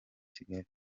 kigali